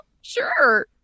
Sure